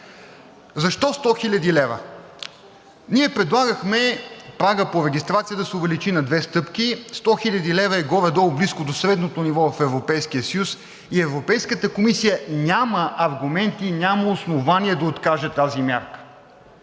Защо 100 хил. лв.? Ние предлагахме прагът по регистрацията да се увеличи на две стъпки. 100 хил. лв. е горе-долу близко до средното ниво в Европейския съюз и Европейската комисия няма аргументи, няма основание да откаже тази мярка.